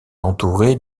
entourée